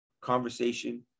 conversation